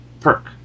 perk